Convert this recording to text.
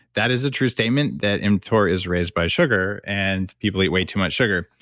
that is a true statement that mtor is raised by sugar and people ate way too much sugar.